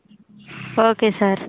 okay sir